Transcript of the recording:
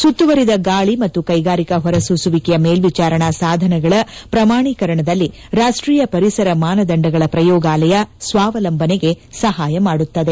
ಸುತ್ತುವರಿದ ಗಾಳಿ ಮತ್ತು ಕೈಗಾರಿಕಾ ಹೊರಸೂಸುವಿಕೆಯ ಮೇಲ್ವಿಚಾರಣಾ ಸಾಧನಗಳ ಪ್ರಮಾಣೀಕರಣದಲ್ಲಿ ರಾಷ್ಟೀಯ ಪರಿಸರ ಮಾನದಂಡಗಳ ಪ್ರಯೋಗಾಲಯ ಸ್ಲಾವಲಂಬನೆಗೆ ಸಹಾಯ ಮಾಡುತ್ತದೆ